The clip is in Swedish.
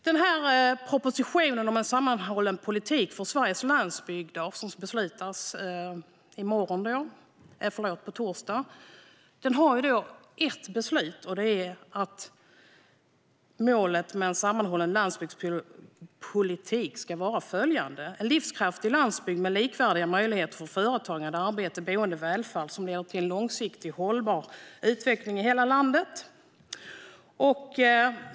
Propositionen och betänkandet om en sammanhållen politik för Sveriges landsbygder, som det ska beslutas om på torsdag, innehåller ett förslag till beslut som innebär att målet med en sammanhållen landsbygdspolitik ska vara följande: en livskraftig landsbygd med likvärdiga möjligheter till företagande, arbete, boende och välfärd som leder till en långsiktigt hållbar utveckling i hela landet.